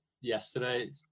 yesterday